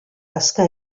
hazka